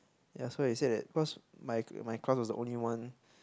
ya so they said that cause my my class was the only one